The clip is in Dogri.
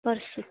परसों